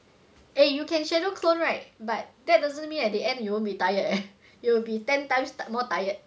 eh you can shadow clone right but that doesn't mean at the end you won't be tired leh you will be ten times more tired